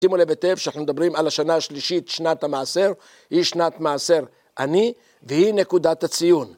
שימו לב היטב שאנחנו מדברים על השנה השלישית שנת המעשר, היא שנת מעשר עני והיא נקודת הציון.